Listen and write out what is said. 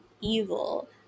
evil